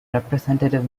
representative